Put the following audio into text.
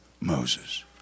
Moses